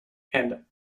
and